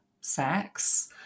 sex